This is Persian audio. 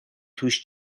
توش